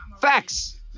Facts